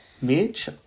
Mitch